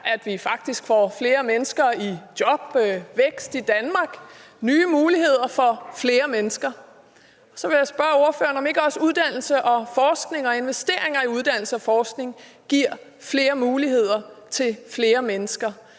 at det faktisk får flere mennesker i job, vækst i Danmark, nye muligheder for flere mennesker. Så vil jeg spørge ordføreren, om ikke også uddannelse og forskning og investeringer i uddannelse og forskning giver flere muligheder til flere mennesker,